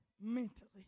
mentally